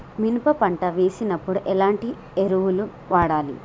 మినప పంట వేసినప్పుడు ఎలాంటి ఎరువులు వాడాలి?